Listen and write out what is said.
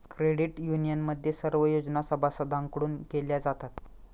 credit युनियनमध्ये सर्व योजना सभासदांकडून केल्या जातात